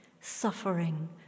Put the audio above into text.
suffering